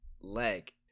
leg